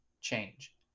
change